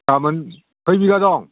गाबोन खै बिगा दं